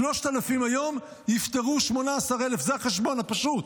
3,000 היום יפטרו 18,000, זה החשבון הפשוט.